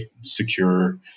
secure